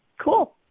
Cool